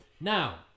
Now